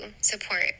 support